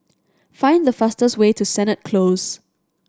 find the fastest way to Sennett Close